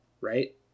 right